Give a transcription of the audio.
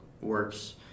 works